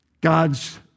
God's